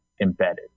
embedded